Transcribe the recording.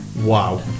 Wow